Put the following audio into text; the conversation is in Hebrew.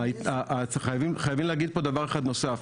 חייבים להגיד פה דבר אחד נוסף,